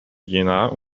jenaer